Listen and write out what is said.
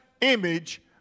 image